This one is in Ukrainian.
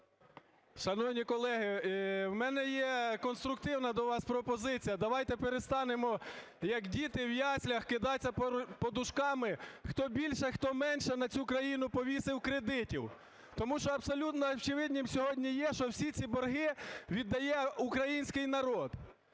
Шановні колеги, в мене є конструктивна до вас пропозиція. Давайте перестанемо, як діти в яслах, кидатися подушками, хто більше, хто менше на цю країну повісив кредитів. Тому що абсолютно очевидним сьогодні є, що всі ці борги віддає український народ.